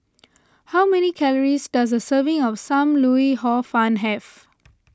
how many calories does a serving of Sam Lau Hor Fun have